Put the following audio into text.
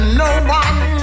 no-one